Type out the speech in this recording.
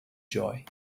joy